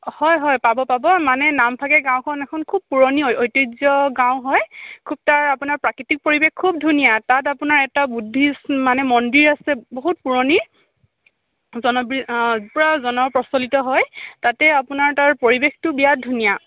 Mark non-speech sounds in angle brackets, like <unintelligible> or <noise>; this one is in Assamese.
হয় হয় পাব পাব মানে নামফাকে গাঁওখন এখন খুব পুৰণি ঐতিহ্য গাঁও হয় খুব তাৰ আপোনাৰ প্ৰাকৃতিক পৰিৱেশ খুব ধুনীয়া তাত আপোনাৰ এটা বুদ্ধিষ্ট মানে মন্দিৰ আছে বহুত পুৰণি <unintelligible> পূৰা জন প্ৰচলিত হয় তাতে আপোনাৰ তাৰ পৰিৱেশটো বিৰাট ধুনীয়া